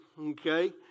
okay